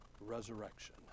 resurrection